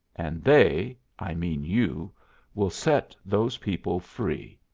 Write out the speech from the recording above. and they i mean you will set those people free!